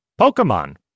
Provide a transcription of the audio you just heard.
Pokemon